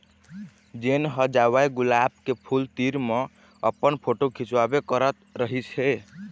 जेन ह जावय गुलाब के फूल तीर म अपन फोटू खिंचवाबे करत रहिस हे